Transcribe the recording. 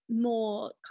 more